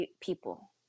people